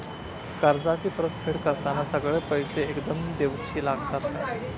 कर्जाची परत फेड करताना सगळे पैसे एकदम देवचे लागतत काय?